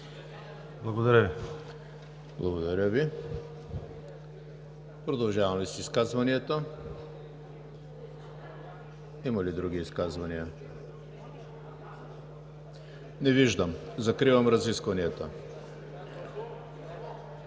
ЕМИЛ ХРИСТОВ: Благодаря Ви. Продължаваме с изказванията. Има ли други изказвания? Не виждам. Закривам разискванията.